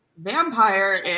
vampire